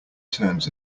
turns